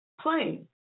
playing